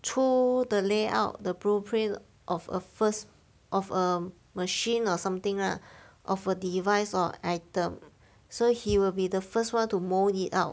出 the layout the blueprint of a first of a machine or something lah of a device or item so he will be the first [one] to mould it out